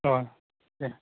अ दे